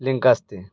link असते